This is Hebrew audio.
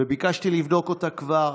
ביקשתי לבדוק אותה כבר.